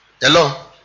hello